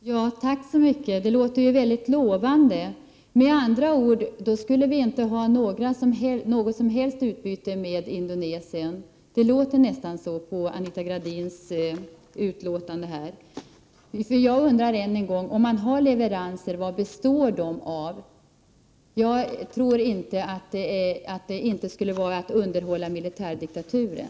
Herr talman! Tack så mycket. Detta låter ju mycket lovande. Vi skulle med andra ord inte ha något som helst utbyte med Indonesien — det låter nästan så av Anita Gradins uttalande här. Jag vill än en gång fråga: Om man har leveranser, vad består de av? Jag tror inte att det inte är fråga om att underhålla militärdiktaturen.